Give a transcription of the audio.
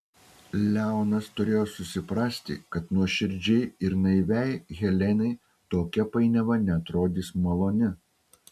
leonas turėjo susiprasti kad nuoširdžiai ir naiviai helenai tokia painiava neatrodys maloni